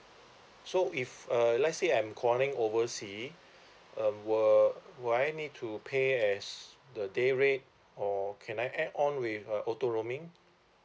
so if uh let's say I'm calling oversea um will will I need to pay as the day rate or can I add on with a auto roaming